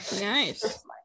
Nice